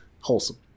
Wholesome